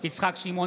בהצבעה יצחק שמעון